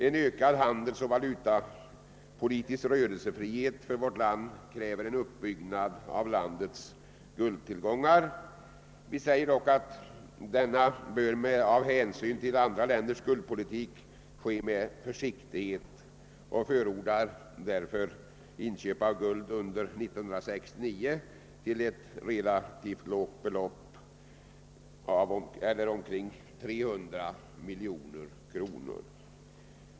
En ökad handelsoch valutapolitisk rörelsefrihet för vårt land kräver en uppbyggnad av landets guldtillgångar.» Denna bör dock av hänsyn till andra länders guldpolitik ske med försiktighet, menar reservanterna och förordar därför inköp av guld under år 1969 för ett relativt lågt belopp, eller omkring 300 miljoner kronor.